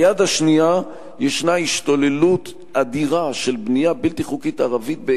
וביד השנייה יש השתוללות אדירה של בנייה בלתי חוקית ערבית,